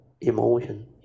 emotion